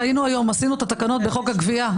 ראינו היום, עשינו היום את התקנות בחוק הגבייה.